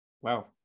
wow